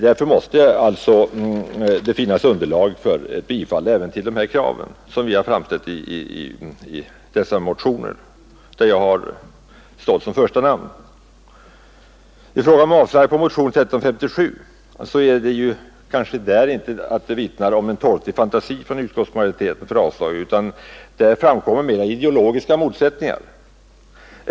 Det måste alltså, menar jag, finnas underlag för ett bifall till de krav som vi har framställt i de motioner där jag står som första namn bland undertecknarna. Vad sedan beträffar avslagsyrkandet på motionen 1357 vittnar väl inte det om någon torftig fantasi hos utskottsmajoriteten, utan där framkommer det mera ideologiska motsättningar.